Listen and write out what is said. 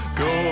go